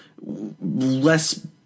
less